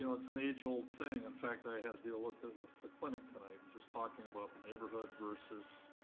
you know it's an age old thing, in fact i had a deal with it with a clinic tonight, and just talking about the neighborhood versus,